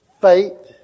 Faith